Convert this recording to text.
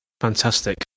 Fantastic